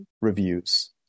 reviews